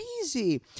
crazy